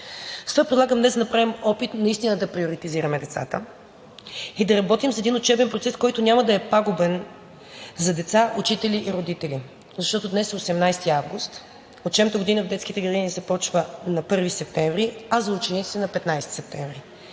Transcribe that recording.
Затова предлагам днес да направим опит наистина да приоритизираме децата и да работим с един учебен процес, който няма да е пагубен за деца, учители и родители, защото днес е 18 август, учебната година в детските градини започва на 1 септември, а за учениците – на 15 септември.